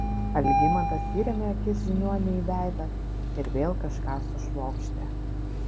algimantas įrėmė akis žiniuoniui į veidą ir vėl kažką sušvokštė